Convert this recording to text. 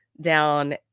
down